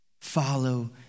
follow